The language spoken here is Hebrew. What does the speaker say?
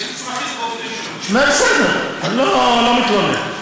יש צרכים, בסדר, אני לא מתלונן.